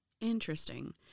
Interesting